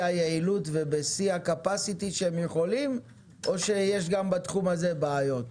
היעילות ובשיא התכולה או שיש גם בתחום הזה בעיות?